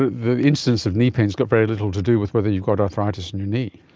the incidence of knee pain has got very little to do with whether you've got arthritis in your knee.